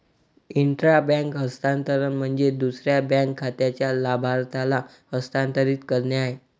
intra bank हस्तांतरण म्हणजे दुसऱ्या बँक खात्याच्या लाभार्थ्याला हस्तांतरित करणे आहे